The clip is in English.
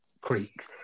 creek